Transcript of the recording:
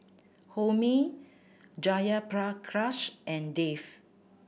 Homi Jayaprakash and Dev